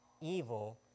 evil